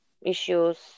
issues